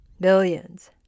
billions